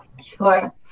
Sure